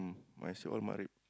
my see all my rib